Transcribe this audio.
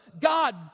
God